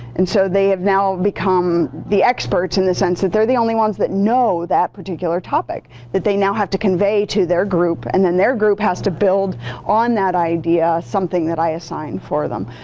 and so they have now become the experts in the sense that they're the only ones that know that particular topic that they now have to convey to their group. and then their group has to build on that idea something that i assign for them.